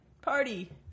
party